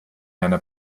einer